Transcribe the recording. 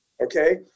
okay